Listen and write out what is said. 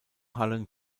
hallen